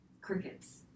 Crickets